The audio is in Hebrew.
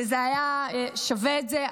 וזה היה שווה את זה.